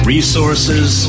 Resources